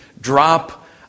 drop